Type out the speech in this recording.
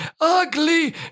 ugly